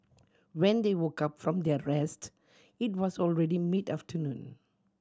when they woke up from their rest it was already mid afternoon